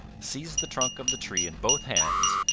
seized the trunk of the tree in both hands,